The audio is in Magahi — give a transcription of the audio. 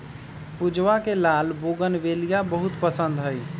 पूजवा के लाल बोगनवेलिया बहुत पसंद हई